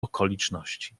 okoliczności